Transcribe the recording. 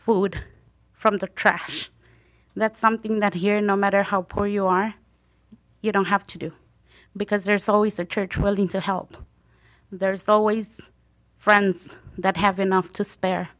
food from the trash and that's something that here no matter how poor you are you don't have to do because there's always a church willing to help there's always friends that have enough to spare